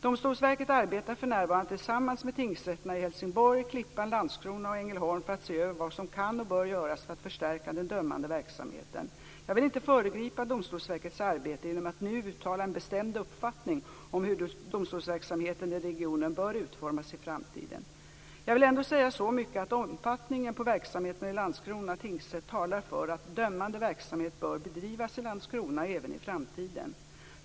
Domstolsverket arbetar för närvarande tillsammans med tingsrätterna i Helsingborg, Klippan, Landskrona och Ängelholm för att se över vad som kan och bör göras för att förstärka den dömande verksamheten. Jag vill inte föregripa Domstolsverkets arbete genom att nu uttala en bestämd uppfattning om hur domstolsverksamheten i regionen bör utformas i framtiden. Jag vill ändå säga så mycket att omfattningen på verksamheten i Landskrona tingsrätt talar för att dömande verksamhet bör bedrivas i Landskrona även i framtiden.